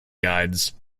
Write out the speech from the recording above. guides